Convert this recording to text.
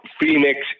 Phoenix